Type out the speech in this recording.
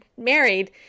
married